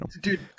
Dude